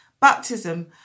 Baptism